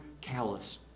callous